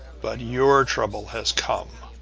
but your trouble has come.